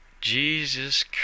Jesus